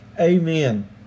amen